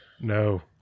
no